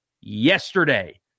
yesterday